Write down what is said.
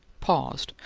paused,